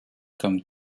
comme